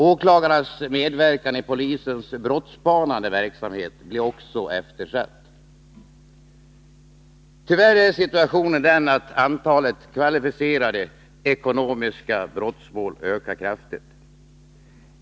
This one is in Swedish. Åklagarnas medverkan i polisens brottsspanande verksamhet blir också eftersatt. Tyvärr är situationen den att antalet mål som gäller kvalificerade ekonomiska brott ökar kraftigt.